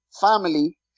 family